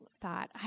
thought